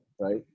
right